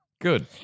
Good